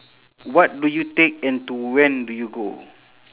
what do you take and to when do you go